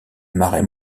marée